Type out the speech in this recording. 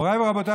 מוריי ורבותיי,